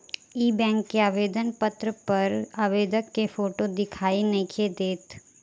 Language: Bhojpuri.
इ बैक के आवेदन पत्र पर आवेदक के फोटो दिखाई नइखे देत